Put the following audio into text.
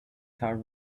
third